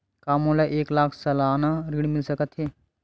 का मोला एक लाख सालाना ऋण मिल सकथे?